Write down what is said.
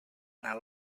anar